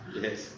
Yes